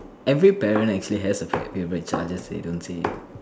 every parent actually has a favourite child just that they don't say